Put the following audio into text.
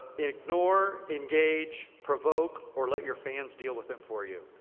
ignore, engage, provoke, or let your fans deal with them for you?